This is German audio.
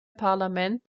parlament